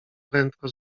prędko